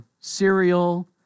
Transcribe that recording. cereal